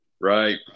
right